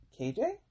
KJ